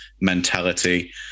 mentality